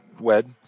wed